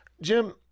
Jim